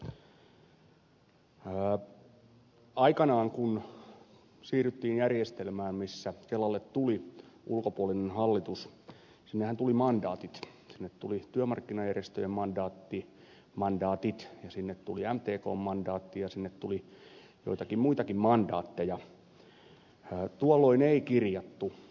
aikanaan kun siirryttiin järjestelmään missä kelalle tuli ulkopuolinen hallitus sinnehän tuli mandaatit sinne tuli työmarkkinajärjestöjen mandaatit ja mtkn mandaatti ja sinne tuli joitakin muitakin mandaatteja mitä ei kirjattu lakiin